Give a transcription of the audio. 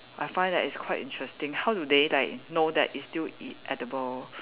I find that it's quite interesting how do they like know that it's still edible